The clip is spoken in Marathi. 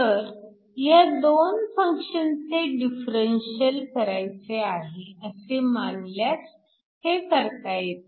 तर हे दोन फंक्शनचे डिफरंशिअल करायचे आहे असे मानल्यास हे करता येते